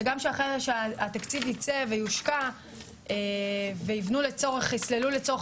שגם שאחרי שהתקציב ייצא ויושקע ויסללו לצורך